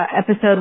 episode